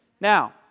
Now